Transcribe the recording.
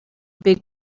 big